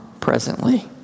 presently